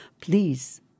Please